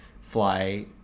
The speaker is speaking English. fly